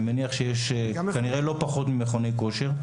אני מניח שמספרם לא פחות ממכוני הכושר.